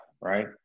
right